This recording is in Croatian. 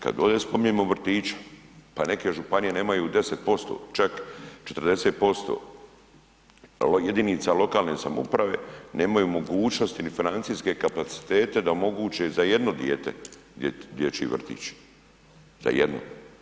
Kada ovdje spominjemo vrtiće, pa neke županije nemaju 10% čak 40% jedinice lokalne uprave nemaju mogućnosti ni financijske kapacitete da omoguće za jedno dijete dječji vrtić, za jedno.